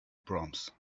proms